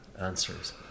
Answers